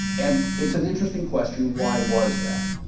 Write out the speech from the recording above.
and it's an interesting question, why was that?